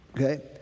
Okay